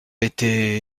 été